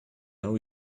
now